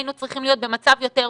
היינו צריכים להיות במצב יותר טוב.